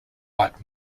what